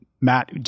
Matt